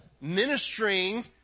ministering